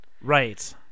right